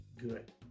good